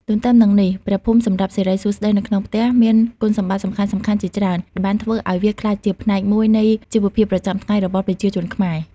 ទន្ទឹមនឹងនេះព្រះភូមិសម្រាប់សិរីសួស្តីនៅក្នុងផ្ទះ មានគុណសម្បត្តិសំខាន់ៗជាច្រើន ដែលបានធ្វើឱ្យវាក្លាយជាផ្នែកមួយនៃជីវភាពប្រចាំថ្ងៃរបស់ប្រជាជនខ្មែរ។